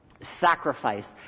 sacrifice